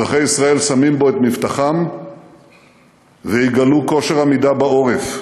אזרחי ישראל שמים בו את מבטחם ויגלו כושר עמידה בעורף,